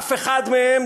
אף אחד מהם,